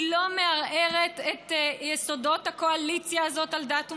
היא לא מערערת את יסודות הקואליציה הזאת על דת ומדינה,